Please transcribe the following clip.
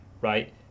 right